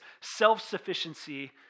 self-sufficiency